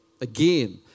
Again